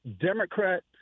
Democrat